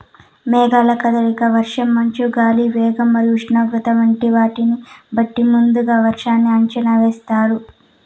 మేఘాల కదలిక, వర్షం, మంచు, గాలి వేగం మరియు ఉష్ణోగ్రత వంటి వాటిని బట్టి ముందుగా వర్షాన్ని అంచనా వేస్తున్నారు